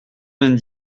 vingt